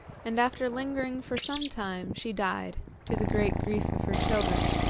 and after lingering for some time she died, to the great grief of her children.